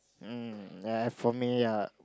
um then for me ya